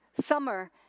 summer